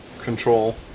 Control